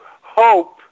hope